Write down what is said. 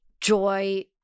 joy